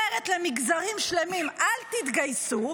אומרת למגזרים שלמים: אל תתגייסו,